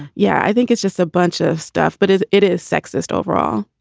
yeah, i think it's just a bunch of stuff. but is it is sexist overall?